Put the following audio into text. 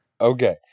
Okay